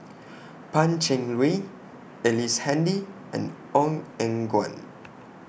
Pan Cheng Lui Ellice Handy and Ong Eng Guan